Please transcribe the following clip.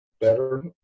better